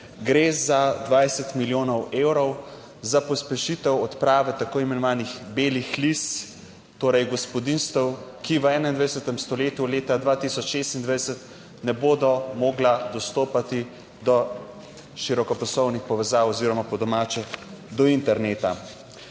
Gre za 20 milijonov evrov. Za pospešitev odprave tako imenovanih belih lis, torej gospodinjstev, ki v 21. stoletju leta 2026 ne bodo mogla dostopati do širokopasovnih povezav oziroma po domače, do interneta,